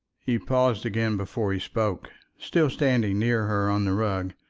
he paused again before he spoke, still standing near her on the rug.